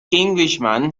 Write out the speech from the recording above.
englishman